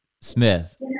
Smith